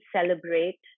celebrate